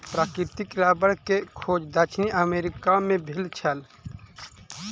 प्राकृतिक रबड़ के खोज दक्षिण अमेरिका मे भेल छल